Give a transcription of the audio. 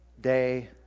day